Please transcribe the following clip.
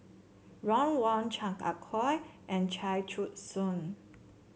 Ron Wong Chan Ah Kow and Chia Choo Suan